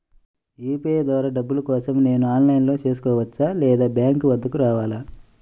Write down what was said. UPI ద్వారా డబ్బులు కోసం నేను ఆన్లైన్లో చేసుకోవచ్చా? లేదా బ్యాంక్ వద్దకు రావాలా?